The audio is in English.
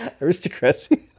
aristocracy